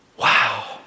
Wow